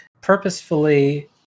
purposefully